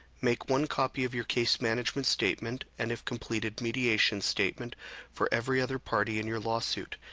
make one copy of your case management statement and, if completed, mediation statement for every other party in your lawsuit.